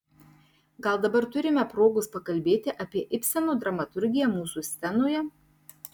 gal dabar turime progos pakalbėti apie ibseno dramaturgiją mūsų scenoje